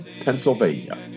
Pennsylvania